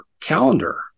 calendar